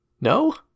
No